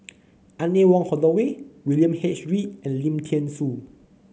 Anne Wong Holloway William H Read and Lim Thean Soo